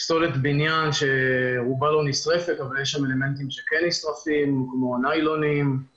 פסולת בניין שרובה לא נשרפת אבל יש שם אלמנטים שכן נשרפים כמו ניילונים,